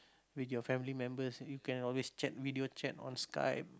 with your family members you can always chat video chat on Skype